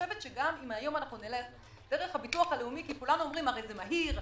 גם אם היום נלך דרך הביטוח הלאומי שכולנו אומרים שזה מהיר,